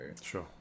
Sure